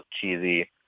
cheesy